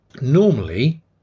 normally